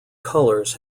colours